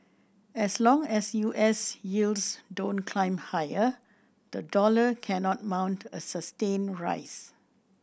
as long as U S yields don't climb higher the dollar cannot mount a sustained rise